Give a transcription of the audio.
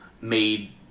made